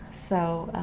so,